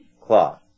cloth